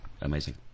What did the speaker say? amazing